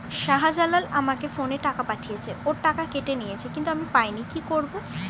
শাহ্জালাল আমাকে ফোনে টাকা পাঠিয়েছে, ওর টাকা কেটে নিয়েছে কিন্তু আমি পাইনি, কি করব?